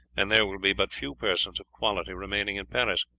and there will be but few persons of quality remaining in paris,